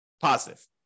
positive